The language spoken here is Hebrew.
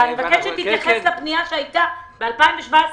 אני מבקשת שתתייחס לפנייה שלך מ-2017.